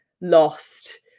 lost